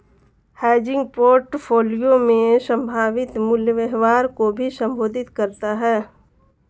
hedging portfolio में संभावित मूल्य व्यवहार को भी संबोधित करता हैं